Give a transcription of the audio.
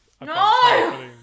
No